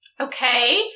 okay